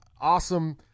awesome –